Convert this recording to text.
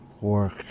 work